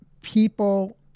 people